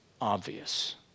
obvious